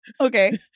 okay